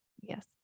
Yes